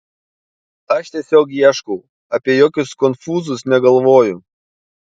aš tiesiog ieškau apie jokius konfūzus negalvoju